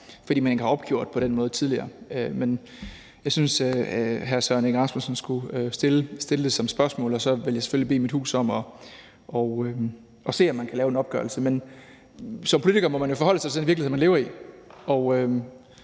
fordi man ikke har opgjort det på den måde tidligere, men jeg synes, hr. Søren Egge Rasmussen skulle stille det som et spørgsmål, og så vil jeg selvfølgelig bede mit hus om at se, om man kan lave en opgørelse. Men som politiker må man jo forholde sig til den virkelighed, man lever i, og